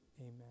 amen